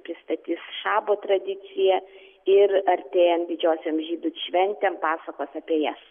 pristatys šabo tradiciją ir artėjant didžiosiom šventėm pasakos apie jas